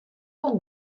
wol